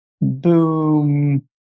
boom